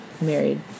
Married